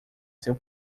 seu